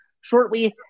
Shortly